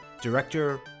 director